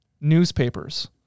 newspapers